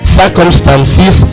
circumstances